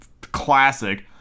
classic